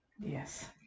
Yes